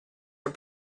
are